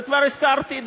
וכבר הזכרתי,